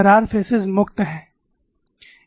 दरार फेसेस मुक्त हैं